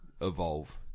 evolve